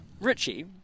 Richie